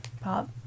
pop